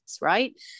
right